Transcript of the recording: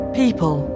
people